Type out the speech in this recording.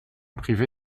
privée